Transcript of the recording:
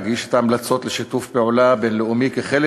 אגיש את ההמלצות לשיתוף פעולה בין-לאומי כחלק